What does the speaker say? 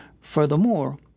Furthermore